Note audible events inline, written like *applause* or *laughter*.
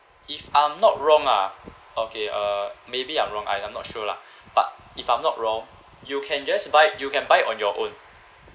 if I'm not wrong lah okay uh maybe I'm wrong I I'm not sure lah *breath* but if I'm not wrong you can just buy you can buy on your own